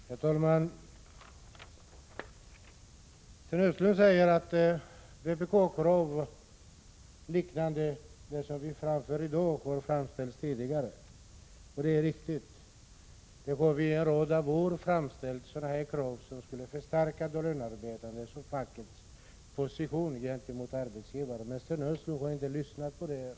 Herr talman! Sten Östlund säger att vpk-krav liknande dem som vi framför i dag har ställts tidigare, och det är riktigt. Vi har under en rad år ställt sådana här krav, som skulle förstärka de lönarbetandes och fackets position gentemot arbetsgivaren. Men Sten Östlund har inte lyssnat på det örat.